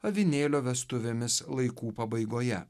avinėlio vestuvėmis laikų pabaigoje